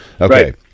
Okay